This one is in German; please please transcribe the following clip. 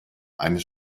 eines